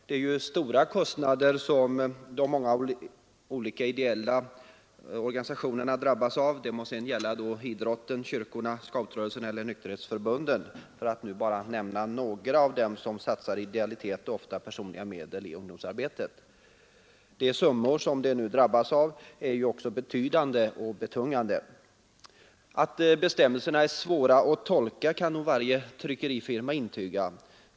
Det är stora kostnader som de många olika ideella organisationerna drabbas av — det må sedan gälla idrotten, kyrkorna, scoutrörelsen eller nykterhetsförbunden, för att nu bara nämna några av dem som satsar idealitet och ofta personliga medel i ungdomsarbetet. De extra kostnader som man nu drabbas av är också betydande och betungande. Att bestämmelserna är svåra att tolka kan nog varje tryckerifirma intyga.